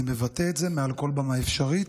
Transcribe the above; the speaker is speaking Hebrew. אני מבטא את זה מעל כל במה אפשרית,